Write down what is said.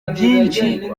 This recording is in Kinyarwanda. byinshi